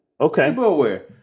Okay